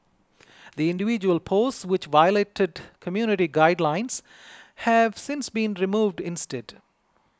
the individual posts which violated community guidelines have since been removed instead